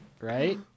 right